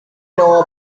know